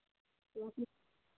तो फिर